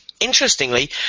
interestingly